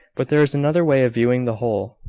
but there is another way of viewing the whole,